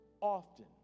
often